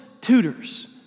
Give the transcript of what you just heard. tutors